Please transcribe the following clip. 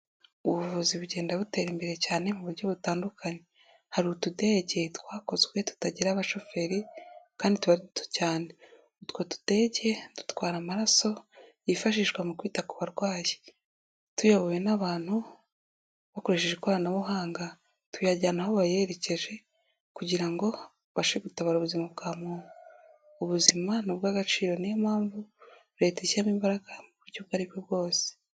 Ubuvuzi bugenda butera imbere cyane mu buryo butandukanye. Hari utudege twakozwe tutagira abashoferi kandi tuba ari duto cyane. Utwo tudege dutwara amaraso yifashishwa mu kwita ku barwayi, tuyobowe n'abantu bakoresheje ikoranabuhanga. Tuyajyana aho bayerekeje kugira ngo babashe gutabara ubuzima bwa muntu. Ubuzima ni ubw'agaciro, niyo mpamvu Leta ishyiramo imbaraga mu buryo ubwo aribwo bwose.